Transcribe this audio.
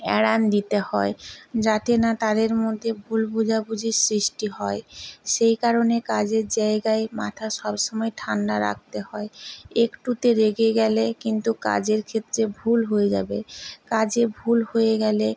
এড়ান দিতে হয় যাতে না তাদের মধ্যে ভুল বোঝাবুঝির সৃষ্টি হয় সেই কারণে কাজের জায়গায় মাথা সবসময় ঠান্ডা রাখতে হয় একটুতে রেগে গেলে কিন্তু কাজের ক্ষেত্রে ভুল হয়ে যাবে কাজে ভুল হয়ে গেলে